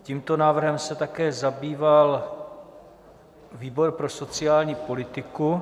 Tímto návrhem se také zabýval výbor pro sociální politiku.